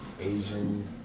Asian